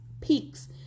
peaks